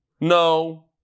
no